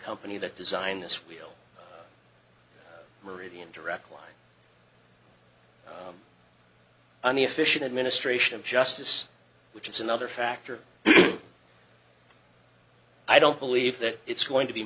company that designed this will meridian direct line on the official administration of justice which is another factor i don't believe that it's going to be